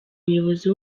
muyobozi